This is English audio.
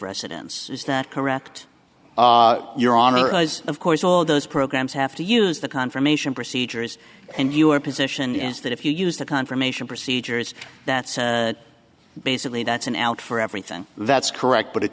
residence is that correct your honor as of course all those programs have to use the confirmation procedures and your position is that if you use the confirmation procedures that's basically that's an out for everything that's correct but it